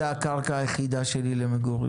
אם זו הקרקע היחידה שלי למגורים,